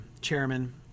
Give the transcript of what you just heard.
chairman